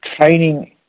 training